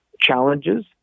challenges